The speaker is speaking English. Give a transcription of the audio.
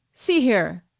see here,